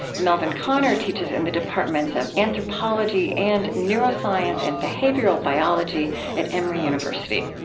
melvin konner teaches in the departments of anthropology and neuroscience and behavioral biology at emory university.